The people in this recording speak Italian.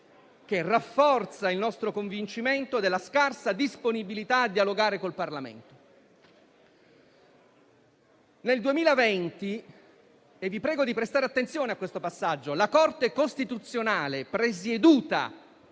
che rafforza il nostro convincimento circa la scarsa disponibilità a dialogare col Parlamento. Nel 2020 - e vi prego di prestare attenzione a questo passaggio - la Corte costituzionale, presieduta